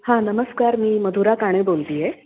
हां नमस्कार मी मधुरा काणे बोलते आहे